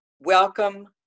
Welcome